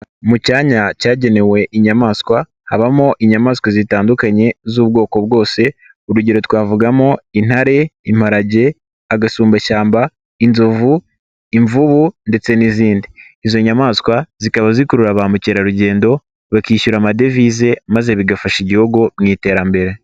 Mu cyanya cyagenewe inyamaswa habamo inyamaswa zitandukanye z'ubwoko bwose, urugero twavugamo intare, imparage, agasumbashyamba, inzovu, imvubu ndetse n'izindi. Izo nyamaswa zikaba zikurura ba mukerarugendo bakishyura amadovize maze bigafasha igihugu mu iterambere.